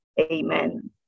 amen